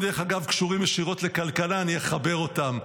דרך אגב, קשורים ישירות לכלכלה, אני אחבר אותם.